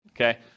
okay